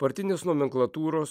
partinės nomenklatūros